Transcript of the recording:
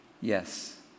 yes